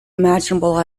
imaginable